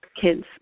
kids